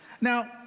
Now